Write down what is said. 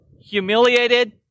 humiliated